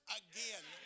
again